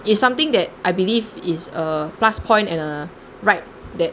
it's something that I believe is a plus point and a right that